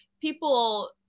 people